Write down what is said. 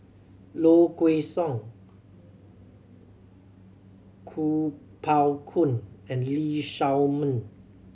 Low Kway Song Kuo Pao Kun and Lee Shao Meng